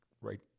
right